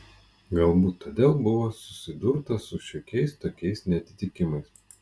galbūt todėl buvo susidurta su šiokiais tokiais neatitikimais